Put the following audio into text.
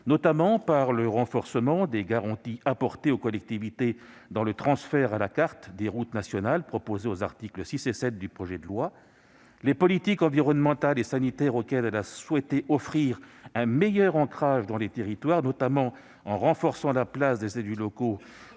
notamment par le renforcement des garanties apportées aux collectivités dans le transfert « à la carte » des routes nationales proposé aux articles 6 et 7 du projet de loi ; les politiques environnementales et sanitaires, auxquelles elle a souhaité offrir un meilleur ancrage dans les territoires, notamment en renforçant la place des élus locaux